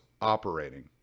operating